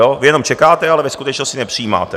Vy jenom čekáte, ale ve skutečnosti nepřijímáte.